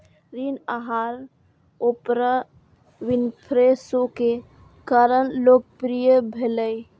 ऋण आहार Oprah Winfrey show के कारण लोकप्रिय भेलै